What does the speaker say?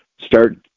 start